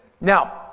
Now